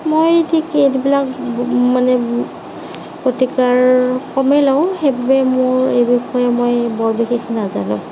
মই ঠিক সেইবিলাক মানে প্ৰতিকাৰ কমেই লওঁ সেইবোৰ মোৰ এই বিষয়ে বৰ বিশেষ নাজানো